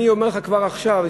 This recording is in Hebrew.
אני אומר לך כבר עכשיו,